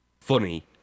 funny